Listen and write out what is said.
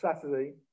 Saturday